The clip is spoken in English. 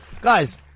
Guys